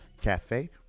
cafe